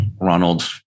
Ronald